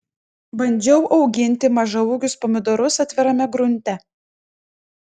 bandžiau auginti mažaūgius pomidorus atvirame grunte